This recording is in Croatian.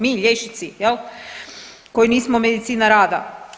Mi liječnici koji nismo medicina rada?